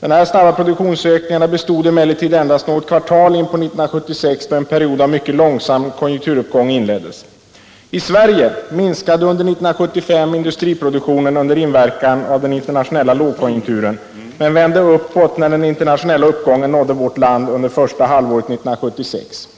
De snabba produktionsökningarna bestod emellertid endast något kvartal in på 1976, då en period av mycket långsam konjunkturuppgång inleddes. I Sverige minskade 1975 industriproduktionen under inverkan av den internationella lågkonjunkturen, men vände uppåt när den internationella uppgången nådde vårt land under första halvåret 1976.